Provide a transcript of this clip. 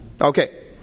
Okay